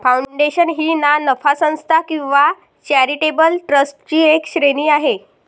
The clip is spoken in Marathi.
फाउंडेशन ही ना नफा संस्था किंवा चॅरिटेबल ट्रस्टची एक श्रेणी आहे